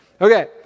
Okay